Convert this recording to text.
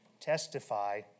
testify